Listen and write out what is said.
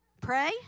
pray